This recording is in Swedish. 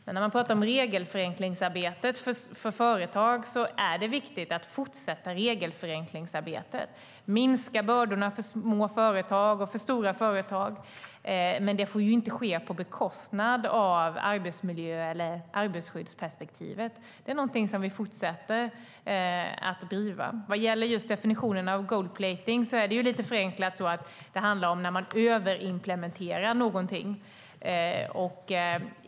Det är viktigt att fortsätta regelförenklingsarbetet för företag. Det är fråga om att minska bördorna för små och stora företag, men det får inte ske på bekostnad av arbetsmiljö eller arbetsskyddsperspektivet. Det är något som vi fortsätter att driva. Vad gäller definitionen av gold-plating handlar det förenklat om när man överimplementerar någonting.